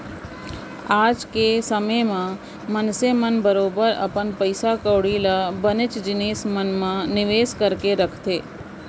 आज के समे म मनसे मन बरोबर अपन पइसा कौड़ी ल बनेच जिनिस मन म निवेस करके रखत हें